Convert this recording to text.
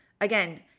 again